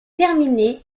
terminé